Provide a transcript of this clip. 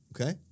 Okay